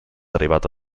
arrivata